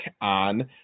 on